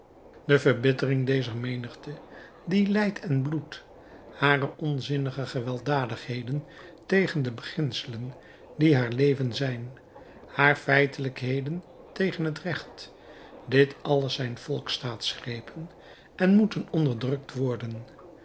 de verbittering dezer menigte die lijdt en bloedt haar onzinnige gewelddadigheden tegen de beginselen die haar leven zijn haar feitelijkheden tegen het recht dit alles zijn volksstaatsgrepen en moeten onderdrukt worden